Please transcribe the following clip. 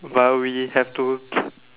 but we have to